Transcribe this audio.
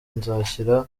nzashyira